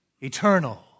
eternal